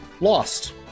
lost